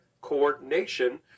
coordination